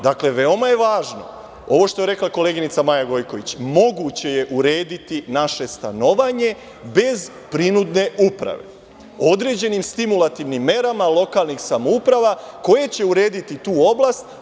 Dakle, veoma je važno ovo što je rekla koleginica Maja Gojković, moguće je urediti naše stanovanje bez prinudne uprave određenim stimulativnim merama lokalnih samouprava koje će urediti tu oblast.